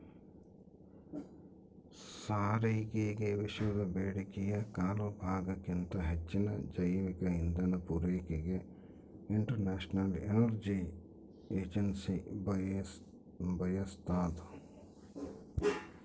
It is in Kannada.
ಸಾರಿಗೆಗೆವಿಶ್ವದ ಬೇಡಿಕೆಯ ಕಾಲುಭಾಗಕ್ಕಿಂತ ಹೆಚ್ಚಿನ ಜೈವಿಕ ಇಂಧನ ಪೂರೈಕೆಗೆ ಇಂಟರ್ನ್ಯಾಷನಲ್ ಎನರ್ಜಿ ಏಜೆನ್ಸಿ ಬಯಸ್ತಾದ